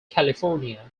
california